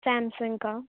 Samsung کا